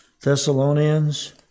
Thessalonians